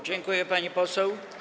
Dziękuję, pani poseł.